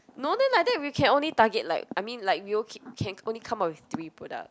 no then like that we can only target like I mean like we can only come up with three product